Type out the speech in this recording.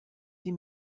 die